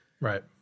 Right